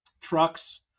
trucks